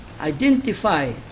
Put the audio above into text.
identify